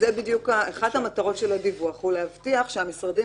אחת המטרות של הדיווח היא להבטיח שהמשרדים